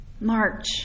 march